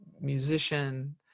musician